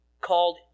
called